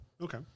Okay